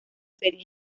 ferias